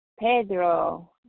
Pedro